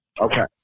Okay